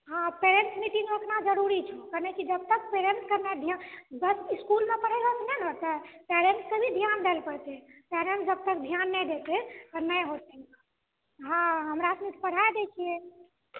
parents meeting ओतना जरुरी छौ मतलब कि जबतक पैरेन्ट्स के नहि ध्यान बस इसकुलमे पढ़ेला से नहि ने हेतै पैरेन्ट्स के भी ध्यान दै लए पड़तै पैरेन्ट्स जब तक ध्यान नहि देतै नहि होतै हँ हमरा सब तऽ पढ़ा दै छियै